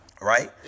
Right